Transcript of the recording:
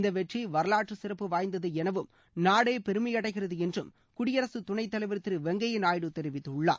இந்த வெற்றி வரலாற்று சிறப்பு வாய்ந்தது எனவும் நாடே பெருமையடைகிறது என்றும் குடியரசுத் துணைத்தலைவர் திரு வெங்கய்யா நாயுடு தெரிவித்துள்ளார்